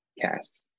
cast